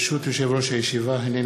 אנחנו עוברים